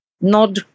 Nod